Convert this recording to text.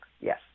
Yes